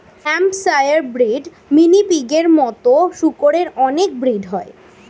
Hampshire breed, mini পিগের মতো শুকরের অনেক ব্রিড হয়